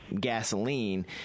gasoline